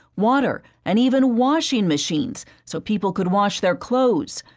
water, and even washing machines, so people could wash their clothes.